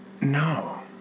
No